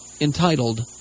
entitled